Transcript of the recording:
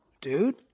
dude